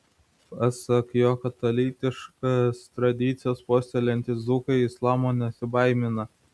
pasak jo katalikiškas tradicijas puoselėjantys dzūkai islamo nesibaimina